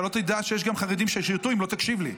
אתה לא תדע שיש גם חרדים ששירתו אם לא תקשיב לי.